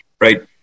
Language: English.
right